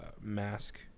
mask